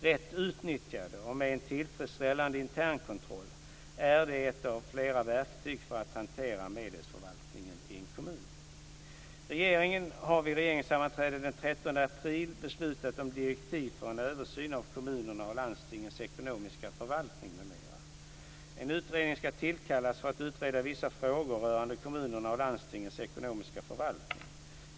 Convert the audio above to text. Rätt utnyttjade och med en tillfredsställande internkontroll är de ett av flera verktyg för att hantera medelsförvaltningen i en kommun. april beslutat om direktiv för en översyn av kommunernas och landstingens ekonomiska förvaltning m.m. En utredare ska tillkallas för att utreda vissa frågor rörande kommunernas och landstingens ekonomiska förvaltning.